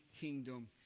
kingdom